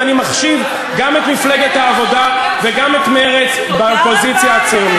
ואני מחשיב גם את מפלגת העובדה וגם את מרצ באופוזיציה הציונית.